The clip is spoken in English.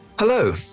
hello